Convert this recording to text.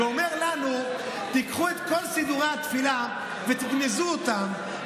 ואומר לנו: קחו את כל סידורי התפילה וגנזו אותם,